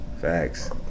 facts